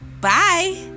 Bye